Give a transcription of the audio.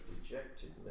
rejected